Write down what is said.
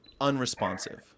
unresponsive